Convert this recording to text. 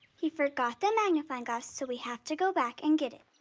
he forgot the magnifying glass so we have to go back and get